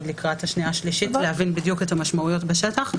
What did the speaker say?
לקראת הקריאה השנייה והשלישית כדי להבין בדיוק את המשמעויות בשטח,